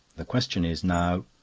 the question is now.